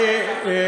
ז'בוטינסקי אמר,